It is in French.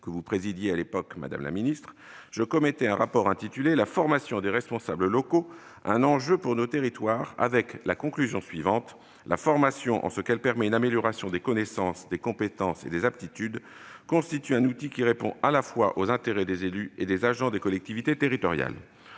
que vous présidiez à l'époque, madame la ministre, je commettais un rapport intitulé, assorti de la conclusion suivante :« La formation, en ce qu'elle permet une amélioration des connaissances, des compétences et des aptitudes, constitue un outil qui répond à la fois aux intérêts des élus et des agents des collectivités territoriales.